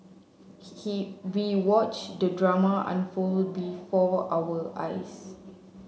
we watched the drama unfold before our eyes